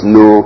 no